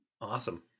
Awesome